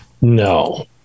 No